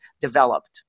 developed